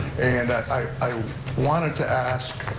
and i wanted to ask